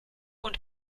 und